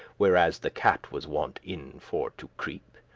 where as the cat was wont in for to creep,